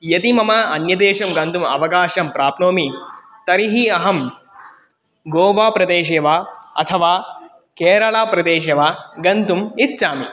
यदि मम अन्यदेशं गन्तुम् अवकाशं प्राप्नोमि तर्हि अहं गोवा प्रदेशे वा अथवा केरलाप्रदेशे वा गन्तुम् इच्छामि